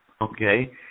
Okay